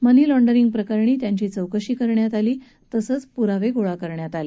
मनी laundering प्रकरणी त्यांची चौकशी करण्यात आली तसंच पुरावे गोळा करण्यात आले